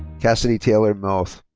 cassidy taylor mauth.